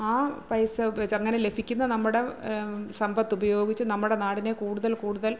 ആ പൈസ ഉപയോഗിച്ച് അങ്ങനെ ലഭിക്കുന്ന നമ്മുടെ സമ്പത്ത് ഉപയോഗിച്ച് നമ്മുടെ നാടിനെ കൂടുതൽ കൂടുതൽ